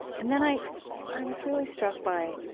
and then i i was really struck by